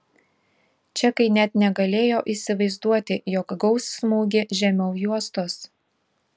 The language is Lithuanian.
čekai net negalėjo įsivaizduoti jog gaus smūgį žemiau juostos